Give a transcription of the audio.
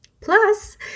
plus